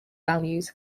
values